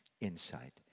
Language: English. insight